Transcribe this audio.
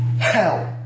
Hell